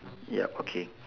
yup okay